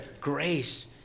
grace